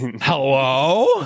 hello